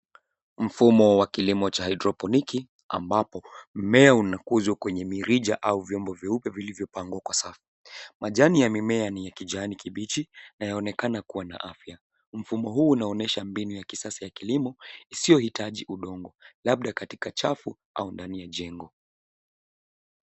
Mfumo wa kilimo cha haidroponiki ambapo mmea unakuzwa kwenye mirija au vyombo vyeupe vilivyopangwa kwa safu. Majani ya mimea ni ya kijani kibichi na yaonekana kuwa na afya. Mfumo huu unaonyesha mbinu ya kisasa ya kilimo isiyohitaji udongo labda katika chafu au ndani ya jengo.